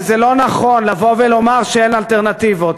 וזה לא נכון לבוא ולומר שאין אלטרנטיבות.